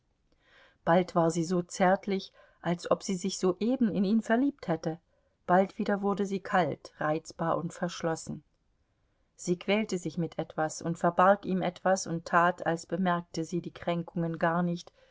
bald war sie so zärtlich als ob sie sich soeben in ihn verliebt hätte bald wieder wurde sie kalt reizbar und verschlossen sie quälte sich mit etwas und verbarg ihm etwas und tat als bemerkte sie die kränkungen gar nicht